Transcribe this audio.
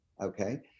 okay